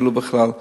בכלל.